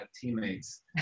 teammates